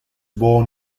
born